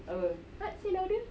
tak silap ke